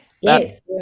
Yes